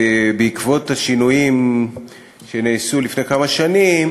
שבעקבות השינויים שנעשו לפני כמה שנים